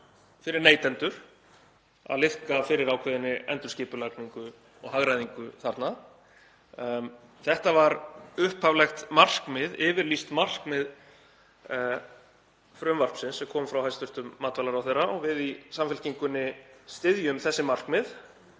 fyrir neytendur, að liðka fyrir ákveðinni endurskipulagningu og hagræðingu þarna. Þetta var upphaflegt markmið, yfirlýst markmið frumvarpsins sem kom frá hæstv. matvælaráðherra, og við í Samfylkingunni styðjum þessi markmið.